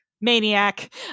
maniac